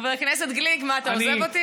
חבר הכנסת גליק, מה, אתה עוזב אותי?